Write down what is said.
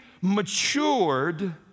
matured